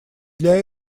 для